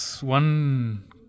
one